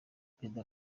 perezida